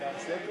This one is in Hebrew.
הצעת סיעת